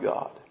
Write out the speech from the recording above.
God